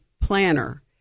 planner